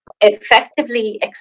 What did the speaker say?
effectively